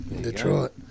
Detroit